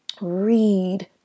read